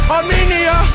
Armenia